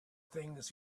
things